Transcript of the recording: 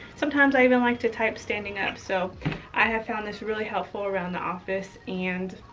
sometimes i even like to type standing up. so i have found this really helpful around the office. and